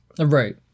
Right